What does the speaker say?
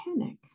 panic